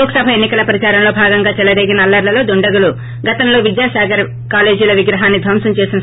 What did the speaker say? లోక్సభ ఎన్నికల ప్రదారంలో భాగంగా చెలరేగిన అల్లర్లలో దుండగలు గతంలో విద్యాసాగర్ కాలేజీలోని విగ్రహాన్ని ధ్యంసం చేశారు